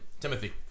Timothy